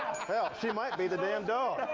she might be the damned dog.